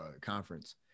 conference